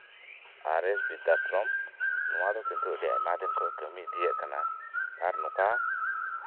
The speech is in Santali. ᱟᱨ ᱮᱥ ᱵᱤᱫᱽᱫᱟᱥᱚᱨᱚᱢ ᱱᱚᱣᱟ ᱫᱚ ᱠᱤᱱᱛᱩ ᱟᱭᱢᱟ ᱫᱤᱱ ᱠᱷᱚᱡ ᱠᱟᱹᱢᱤ ᱤᱫᱤᱭᱮᱫ ᱠᱟᱱᱟ ᱟᱨ ᱱᱚᱝᱠᱟ